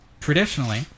traditionally